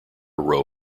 row